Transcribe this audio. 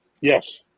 Yes